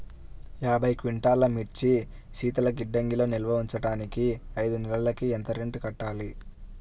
యాభై క్వింటాల్లు మిర్చి శీతల గిడ్డంగిలో నిల్వ ఉంచటానికి ఐదు నెలలకి ఎంత రెంట్ కట్టాలి?